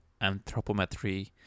anthropometry